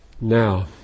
Now